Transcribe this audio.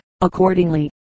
accordingly